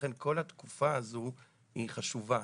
ולכן כל התקופה הזו היא חשובה.